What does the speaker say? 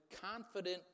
confident